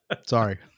Sorry